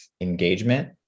engagement